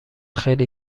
خیلی